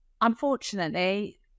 unfortunately